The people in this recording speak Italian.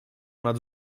una